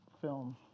film